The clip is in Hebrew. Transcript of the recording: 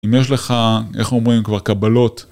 אם יש לך, איך אומרים כבר, קבלות